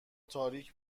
تاریک